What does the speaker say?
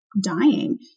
dying